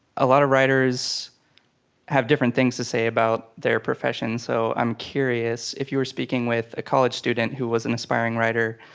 a lot of writers have different things to say about their profession. so, i'm curious if you were speaking with a college student who was an aspiring writer,